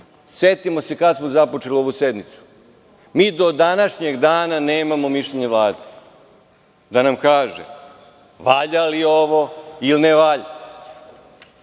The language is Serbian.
Setimo se kada smo započeli ovu sednicu. Mi do današnjeg dana nemamo mišljenje Vlade, da nam kaže valja li ovo ili ne valja.